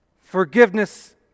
forgiveness